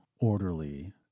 orderly